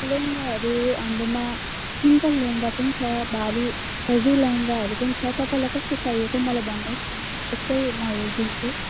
लेहेङ्गाहरू हाम्रोमा सिम्पल लेहेङ्गा पनि छ भारी हेभी लेहेङ्गाहरू पनि छ र तपाईँलाई कस्तो चाहिएको मलाई भन्नु होस् न त्यस्तै म हेरिदिन्छु